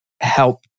help